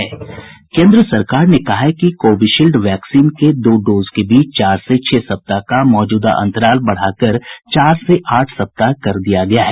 केन्द्र सरकार ने कहा है कि कोविड शील्ड वैक्सीन के दो डोज के बीच चार से छह सप्ताह का मौजूदा अंतराल बढ़ाकर चार से आठ सप्ताह कर दिया गया है